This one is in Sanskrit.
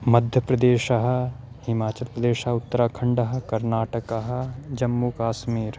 मध्यप्रदेशः हिमाचलप्रदेशः उत्तराखण्डः कर्नाटकः जम्मु काश्मीर्